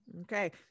Okay